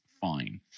fine